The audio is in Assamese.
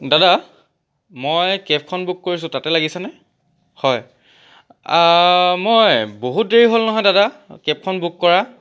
দাদা মই কেবখন বুক কৰিছোঁ তাতে লাগিছেনে হয় মই বহুত দেৰি হ'ল নহয় দাদা কেবখন বুক কৰা